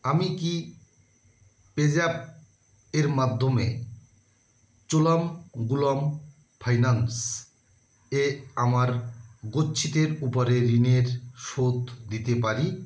আমি কি পেজ্যাপ এর মাধ্যমে ফাইন্যান্স এ আমার গচ্ছিতের উপরে ঋণের শোধ দিতে পারি